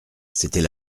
c’était